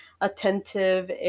attentive